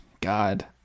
god